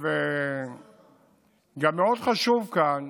גם מאוד חשוב כאן,